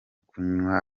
kunywa